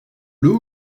l’eau